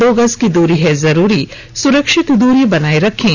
दो गज की दूरी है जरूरी सुरक्षित दूरी बनाए रखें